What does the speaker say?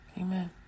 Amen